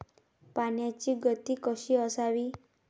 पाण्याची गती कशी असावी?